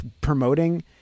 promoting